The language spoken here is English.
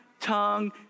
tongue